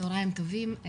צהריים טובים.